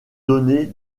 donner